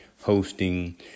hosting